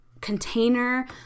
container